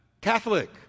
Catholic